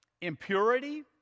impurity